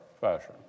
fashion